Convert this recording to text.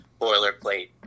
boilerplate